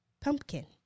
Pumpkin